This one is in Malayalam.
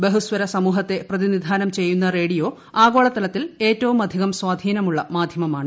ബഹുസ്വര സമൂഹത്തെ പ്രതിനിധാനം ചെയ്യുന്ന റേഡിയോ ആഗോളതലത്തിൽ ഏറ്റവുമധികം സ്വാധീനമുള്ള മാധ്യമമാണ്